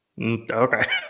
Okay